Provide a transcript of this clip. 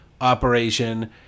operation